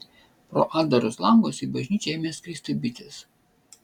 pro atdarus langus į bažnyčią ėmė skristi bitės